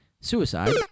suicide